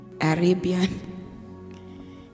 Arabian